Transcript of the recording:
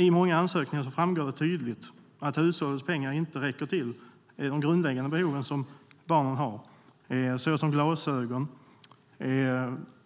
I många ansökningar framgår det tydligt att hushållets pengar inte räcker till de grundläggande behov barnen har, såsom glasögon,